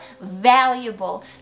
valuable